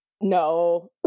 No